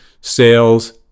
sales